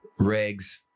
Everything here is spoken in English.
Regs